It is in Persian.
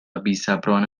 بیصبرانه